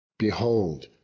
Behold